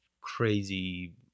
crazy